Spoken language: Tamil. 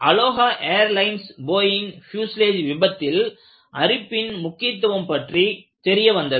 அலோஹா ஏர்லைன்ஸ் போயிங் பியூஸ்லேஜ் விபத்தில் அரிப்பின் முக்கியத்துவம் பற்றி தெரியவந்தது